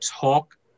talk